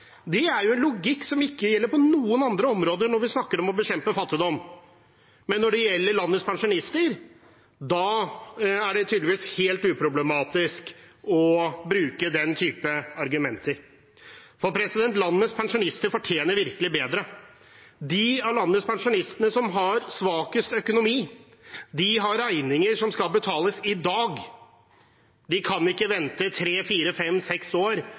er jo en logikk som ikke gjelder på noen andre områder når vi snakker om å bekjempe fattigdom. Men når det gjelder landets pensjonister, da er det tydeligvis helt uproblematisk å bruke den type argumenter. For landets pensjonister fortjener virkelig bedre. De av landets pensjonister som har svakest økonomi, de har regninger som skal betales i dag. De kan ikke vente tre, fire, fem, seks år